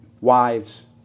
wives